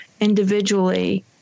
individually